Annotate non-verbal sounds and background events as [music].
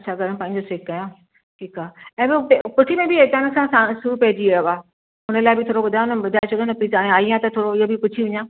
अछा गरमु पाणी जो सेक कयां ठीकु आहे अहिड़ो पुठी में बि अचानक सां सूरु पइजी वियो आहे हुन लाइ बि थोरो ॿुधायो न ॿुधाए छॾियो न [unintelligible] आई आहियां न थोरो इहो बि पुछी वञां